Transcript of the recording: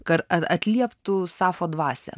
kar ar atlieptų sapfo dvasią